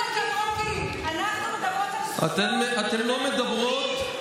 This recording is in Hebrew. אנחנו מדברות על זכויות, על חוקים,